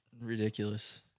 ridiculous